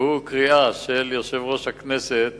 והוא קריאה של יושב-ראש הכנסת